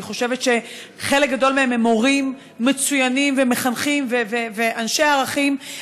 אני חושבת שחלק גדול מהם הם מורים מצוינים ומחנכים ואנשי ערכים,